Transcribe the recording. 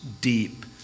deep